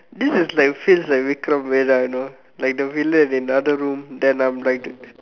this is like feels like Vikram Vedha you know like the villain in another room then I'm like